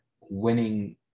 winning